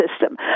system